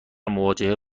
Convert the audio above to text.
مواجهه